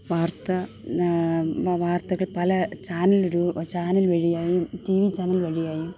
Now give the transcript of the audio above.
വാര്ത്ത വാര്ത്തകള് പല ചാനലൊരു ചാനല് വഴിയായും ടി വി ചാനല് വഴിയായും